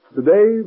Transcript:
Today